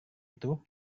itu